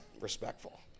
respectful